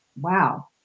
Wow